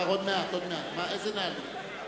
חבר הכנסת פלסנר.